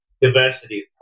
diversity